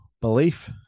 belief –